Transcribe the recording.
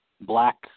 black